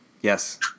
Yes